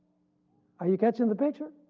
are you catching the picture?